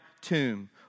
tomb